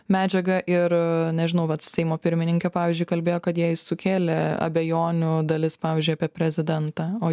medžiaga ir nežinau vat seimo pirmininkė pavyzdžiui kalbėjo kad jai sukėlė abejonių dalis pavyzdžiui apie prezidentą o